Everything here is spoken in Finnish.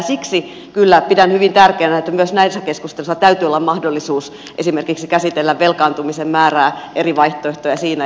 siksi kyllä pidän hyvin tärkeänä että myös näissä keskusteluissa täytyy olla mahdollisuus käsitellä esimerkiksi velkaantumisen määrää eri vaihtoehtoja siinä